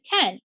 ten